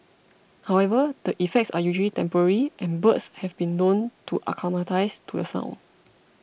however the effects are usually temporary and birds have been known to acclimatise to the sound